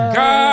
God